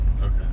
Okay